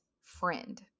friend